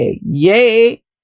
Yay